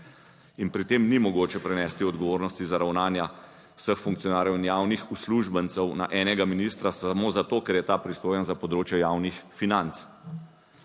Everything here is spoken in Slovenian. in pri tem ni mogoče prenesti odgovornosti za ravnanja vseh funkcionarjev in javnih uslužbencev na enega ministra samo zato, ker je ta pristojen za področje javnih financ.